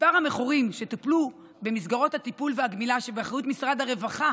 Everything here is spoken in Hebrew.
מספר המכורים שטופלו במסגרות הטיפול והגמילה שבאחריות משרד הרווחה